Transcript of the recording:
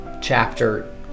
chapter